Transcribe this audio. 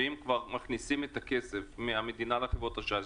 שאם כבר מכניסים את הכסף מהמדינה לחברות אשראי,